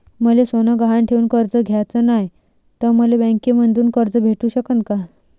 मले सोनं गहान ठेवून कर्ज घ्याचं नाय, त मले बँकेमधून कर्ज भेटू शकन का?